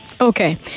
Okay